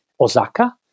Osaka